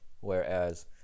Whereas